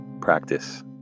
practice